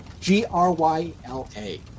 G-R-Y-L-A